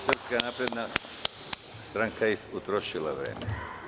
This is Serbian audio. Srpska napredna stranka je potrošila vreme.